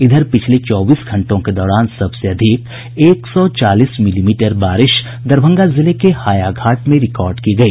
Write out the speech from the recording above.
इधर पिछले चौबीस घंटों के दौरान सबसे अधिक एक सौ चालीस मिलीमीटर बारिश दरभंगा जिले के हायाघाट रिकॉर्ड की गई